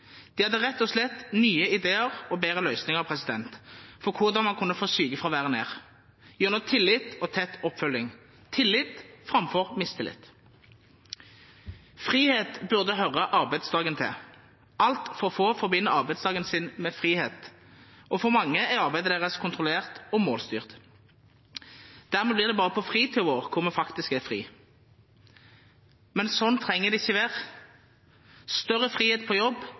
De hadde rett og slett nye ideer og bedre løsninger for hvordan man kunne få sykefraværet ned: gjennom tillit og tett oppfølging – tillit framfor mistillit. Frihet burde høre arbeidsdagen til. Altfor få forbinder arbeidsdagen sin med frihet, og for mange er arbeidet deres kontrollert og målstyrt. Dermed blir det bare på fritiden vår vi faktisk er fri, men slik trenger det ikke å være. Større frihet på jobb